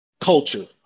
culture